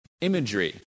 imagery